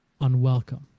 unwelcome